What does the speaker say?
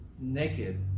naked